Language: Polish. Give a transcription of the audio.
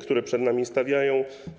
które przed nami są stawiane.